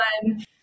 one